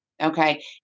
okay